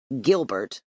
Gilbert